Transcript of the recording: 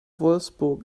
wolfsburg